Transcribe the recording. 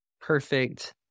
perfect